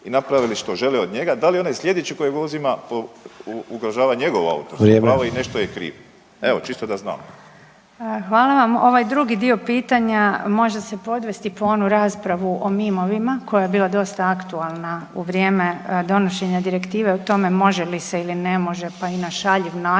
i napravili što žele od njega da li onaj slijedeći kojeg uzima ugrožava njegovo autorsko pravo …/Upadica: Vrijeme./… i nešto je krivo. Evo, čisto da znamo. **Obuljen Koržinek, Nina (HDZ)** Hvala vam, ovaj drugi dio pitanja može se podvesti pod onu raspravu o mimovima koja je bila dosta aktualna u vrijeme donošenja direktive o tome može li se ili ne može pa i na šaljiv način,